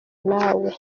nawe